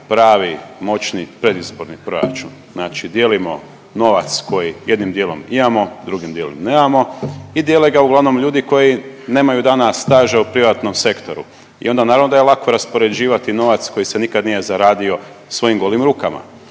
pravi moćni predizborni proračun, znači dijelimo novac koji jednim dijelom imamo, drugim dijelom nemamo i dijele ga uglavnom ljudi koji nemaju dana staža u privatnom sektoru i onda naravno da je lako raspoređivati novac koji se nikad nije zaradio svojim golim rukama.